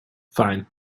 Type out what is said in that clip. fine